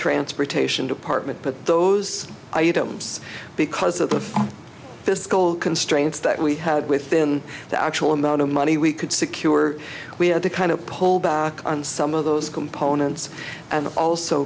transportation department but those items because of the fiscal constraints that we had within the actual amount of money we could secure we had to kind of pull back on some of those components and also